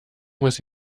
muss